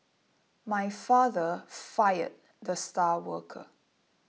my father fired the star worker